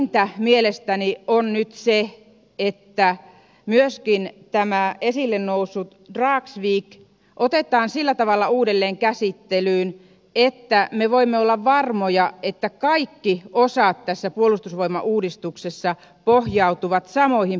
vähintä mielestäni on nyt se että myöskin tämä esille noussut dragsvik otetaan sillä tavalla uudelleen käsittelyyn että me voimme olla varmoja että kaikki osat tässä puolustusvoimauudistuksessa pohjautuvat samoihin periaatteisiin